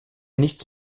nichts